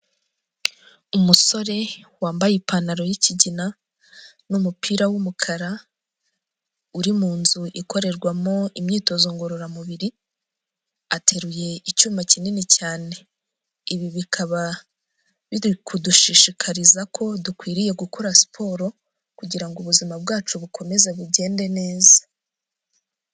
Umusore wambaye ipantaro y'ikigina n'umupira w'umukara, uri mu nzu ikorerwamo imyitozo ngororamubiri, ateruye icyuma kinini cyane. Ibi bikaba biri kudushishikariza ko dukwiriye gukora siporo, kugira ngo ubuzima bwacu bukomeze bugende neza.